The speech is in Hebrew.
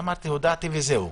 הודעתי וזהו.